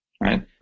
right